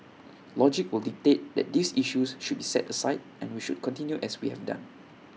logic will dictate that these issues should be set aside and we should continue as we have done